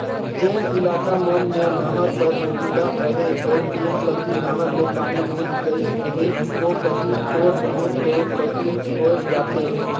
जेन इलाका मन में नहर कर सुबिधा अहे अउ जेन कती नहर ले पानी मिल गइस अहे ओ कती थोर बहुत दो फसिल होए जाथे